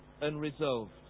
unresolved